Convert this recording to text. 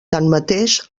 tanmateix